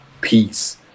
peace